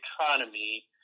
economy